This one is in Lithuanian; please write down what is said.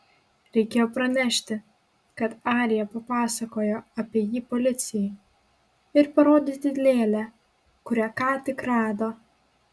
reikėjo pranešti kad arija papasakojo apie jį policijai ir parodyti lėlę kurią ką tik rado